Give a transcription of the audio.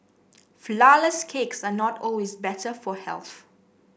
flourless cakes are not always better for health